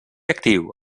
actiu